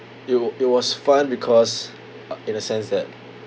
it w~ it was fun because uh in a sense that